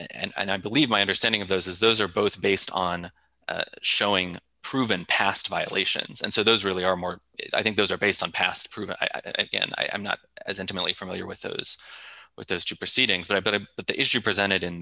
forwards and i believe my understanding of those is those are both based on showing proven past violations and so those really are more i think those are based on past proven and i'm not as intimately familiar with those with those two proceedings that i've been to but the issue presented in